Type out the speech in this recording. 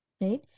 right